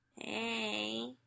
Hey